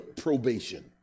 probation